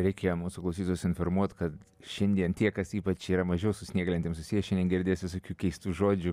reikėjo mūsų klausytojus informuot kad šiandien tie kas ypač yra mažiau su snieglentėm susiję šiandien girdės visokių keistų žodžių